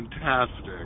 Fantastic